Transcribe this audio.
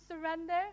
surrender